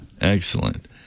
Excellent